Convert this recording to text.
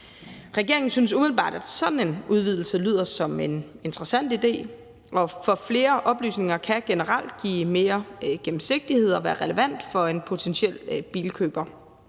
Regeringen synes umiddelbart, at sådan en udvidelse lyder som en interessant idé, for flere oplysninger kan generelt give mere gennemsigtighed og være relevant for en potentiel bilkøber.